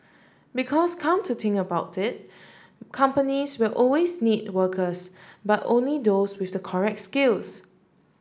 because come to think about it companies will always need workers but only those with the correct skills